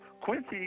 Quincy